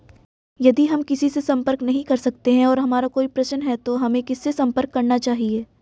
यदि हम किसी से संपर्क नहीं कर सकते हैं और हमारा कोई प्रश्न है तो हमें किससे संपर्क करना चाहिए?